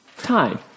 Time